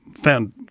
found